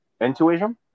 Intuition